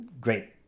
great